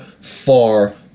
far